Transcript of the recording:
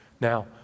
Now